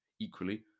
Equally